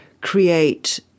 create